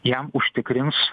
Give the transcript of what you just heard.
jam užtikrins